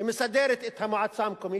ומסדרת את המועצה המקומית,